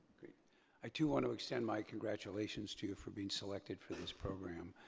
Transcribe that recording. i do want to extend my congratulations to you for being selected for this program.